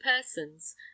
persons